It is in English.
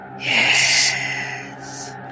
Yes